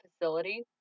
facility